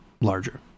larger